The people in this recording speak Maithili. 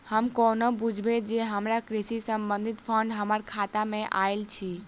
हम कोना बुझबै जे हमरा कृषि संबंधित फंड हम्मर खाता मे आइल अछि?